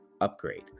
upgrade